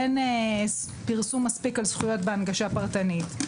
אין פרסום מספיק על זכויות בהנגשה פרטנית,